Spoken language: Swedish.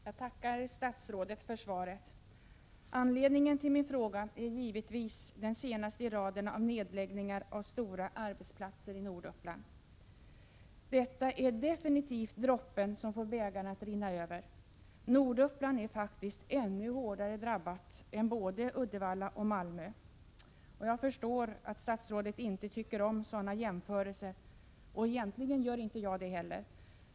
Fru talman! Jag tackar statsrådet för svaret. Anledningen till min fråga är givetvis den senaste nedläggningen i raden av nedläggningar av stora arbetsplatser i Norduppland. Detta är definitivt droppen som får bägaren att rinna över. Norduppland är faktiskt ännu hårdare drabbat än både Uddevalla och Malmö. Jag förstår att statsrådet inte tycker om sådana jämförelser, och det gör egentligen inte jag heller.